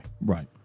Right